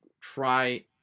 try